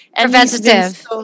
Preventative